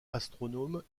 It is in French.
astronome